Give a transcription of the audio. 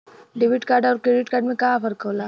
Debit card अउर credit card में का फर्क होला?